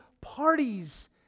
parties